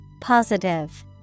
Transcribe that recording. Positive